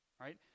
Right